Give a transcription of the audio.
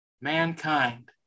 Mankind